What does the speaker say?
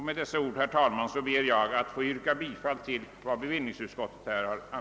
Med dessa ord, herr talman, ber jag att få yrka bifall till bevillningsutskottets hemställan.